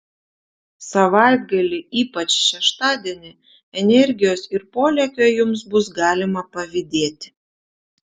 savaitgalį ypač šeštadienį energijos ir polėkio jums bus galima pavydėti